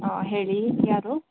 ಹಾಂ ಹೇಳಿ ಯಾರು